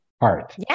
heart